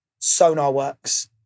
SonarWorks